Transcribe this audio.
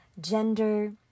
gender